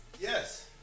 Yes